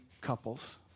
couples